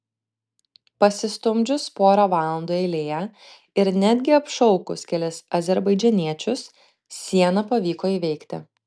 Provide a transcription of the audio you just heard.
pasistumdžius porą valandų eilėje ir netgi apšaukus kelis azerbaidžaniečius sieną pavyko įveikti